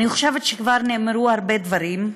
אני חושבת שכבר נאמרו הרבה דברים,